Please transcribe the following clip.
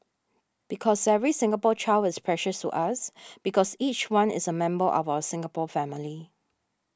because every Singapore child is precious to us because each one is a member of our Singapore family